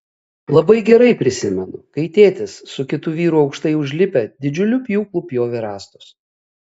labai gerai prisimenu kai tėtis su kitu vyru aukštai užlipę didžiuliu pjūklu pjovė rąstus